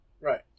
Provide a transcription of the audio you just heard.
Right